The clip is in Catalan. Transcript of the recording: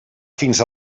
fins